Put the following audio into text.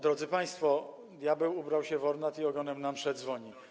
Drodzy państwo, diabeł ubrał się w ornat i ogonem na mszę dzwoni.